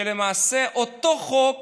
למעשה אותו חוק